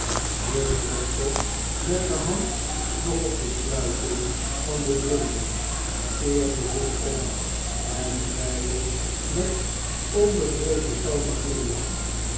de dokter met de hand nog op de sluiting van de blinden keerde zich om en zeide met een onbevreesden kalmen glimlach